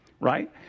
right